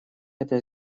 это